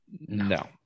No